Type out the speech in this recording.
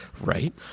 Right